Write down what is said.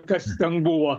kas ten buvo